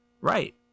Right